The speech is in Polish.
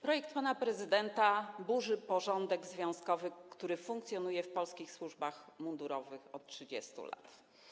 Projekt pana prezydenta burzy porządek związkowy, który funkcjonuje w polskich służbach mundurowych od 30 lat.